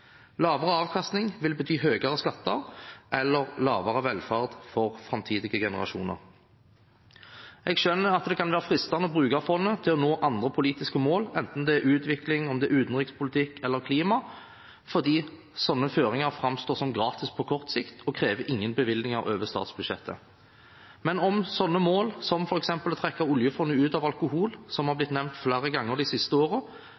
Lavere avkastning vil bety høyere skatter eller lavere velferd for framtidige generasjoner. Jeg skjønner at det kan være fristende å bruke fondet til å nå andre politiske mål, enten det er utvikling eller det er utenrikspolitikk eller klima, for slike føringer framstår som gratis på kort sikt og krever ingen bevilgninger over statsbudsjettet. Men om slike mål, som f.eks. å trekke oljefondet ut av alkohol, som er blitt nevnt flere ganger de siste